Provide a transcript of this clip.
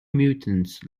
mutants